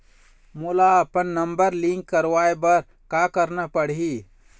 मोला अपन number link करवाये बर का करना पड़ही?